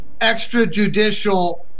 extrajudicial